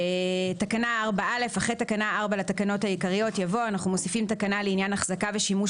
הוספת תקנה 4א 3. אחרי תקנה 4 לתקנות העיקריות יבוא: "החזקה ושימוש